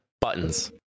buttons